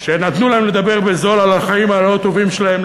שנתנו להם לדבר בזול על החיים הלא-טובים שלהם,